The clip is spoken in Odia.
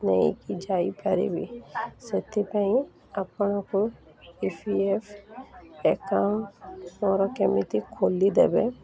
ନେଇକି ଯାଇପାରିବି ସେଥିପାଇଁ ଆପଣଙ୍କୁ ଇ ପି ଏଫ୍ ଆକାଉଣ୍ଟ୍ ମୋର କେମିତି ଖୋଲିଦେବେ